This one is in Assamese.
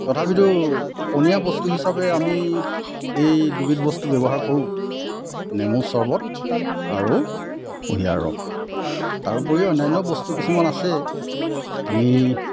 তথাপিতো পনীয়া বস্তু হিচাপে আমি এই দুবিধ বস্তু ব্যৱহাৰ কৰোঁ নেমু চৰ্বত আৰু কুঁহিয়াৰ ৰস তাৰোপৰিও অন্যান্য বস্তু কিছুমান আছে আমি